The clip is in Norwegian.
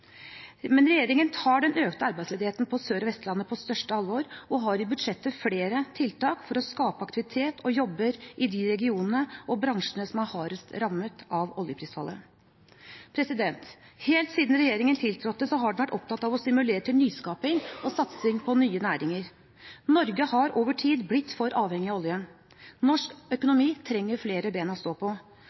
Men regjeringen tar den økte arbeidsledigheten på Sør- og Vestlandet på største alvor og har i budsjettet flere tiltak for å skape aktivitet og jobber i de regionene og bransjene som er hardest rammet av oljeprisfallet. Helt siden regjeringen tiltrådte, har den vært opptatt av å stimulere til nyskaping og satsing på nye næringer. Norge har over tid blitt for avhengig av oljen. Norsk økonomi trenger flere ben å stå på,